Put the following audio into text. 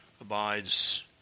abides